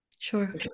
Sure